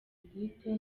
bwite